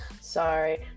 sorry